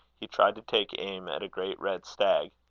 he tried to take aim at a great red stag.